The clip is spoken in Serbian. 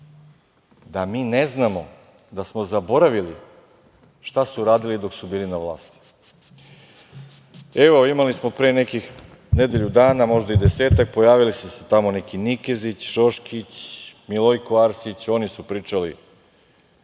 da mi ne znamo da smo zaboravili šta su radili dok su bili na vlasti. Evo, imali smo pre nekih nedelju dana, možda i desetak, pojavili su se tamo neki Nikezić, Šoškić, Milojko Arsić. Oni su pričali